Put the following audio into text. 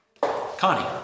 Connie